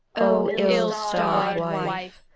o ill-starred wife,